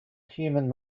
human